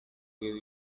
few